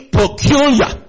peculiar